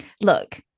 look